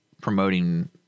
promoting –